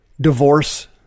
Divorce